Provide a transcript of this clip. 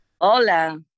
Hola